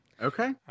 Okay